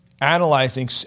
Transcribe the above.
analyzing